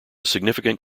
significant